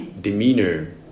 demeanor